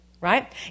right